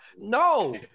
no